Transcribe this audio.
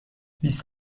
بیست